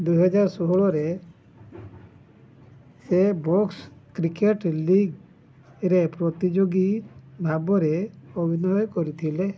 ଦୁଇହଜାର ଷୋହଳରେ ସେ ବକ୍ସ କ୍ରିକେଟ୍ ଲିଗ୍ରେ ପ୍ରତିଯୋଗୀ ଭାବରେ ଅଭିନୟ କରିଥିଲେ